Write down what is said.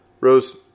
Rose